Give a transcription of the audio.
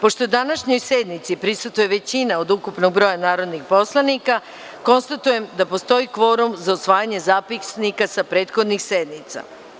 Pošto današnjoj sednici prisustvuje većina od ukupnog broja narodnih poslanika, konstatujem da postoji kvorum za usvajanje zapisnika sa prethodnih sednica.